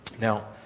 Now